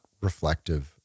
reflective